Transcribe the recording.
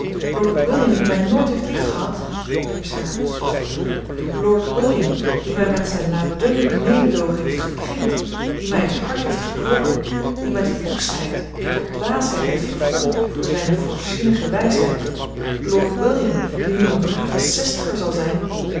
lord william die mij nooit heeft liefgehad riep zij hartstochtelijk lord william die mij met zijn laatdunkend mededoogen heeft gekrenkt die mij het hart heeft gebroken die mij tot woestheid tot dwaasheid heeft vervoerd door zijne voorzienige wijsheid lord william die nu een brave zestiger zal zijn